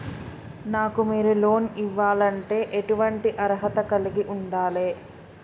నాకు మీరు లోన్ ఇవ్వాలంటే ఎటువంటి అర్హత కలిగి వుండాలే?